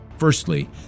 Firstly